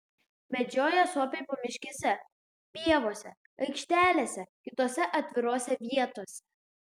medžioja suopiai pamiškėse pievose aikštelėse kitose atvirose vietose